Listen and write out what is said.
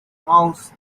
mouse